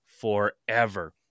forever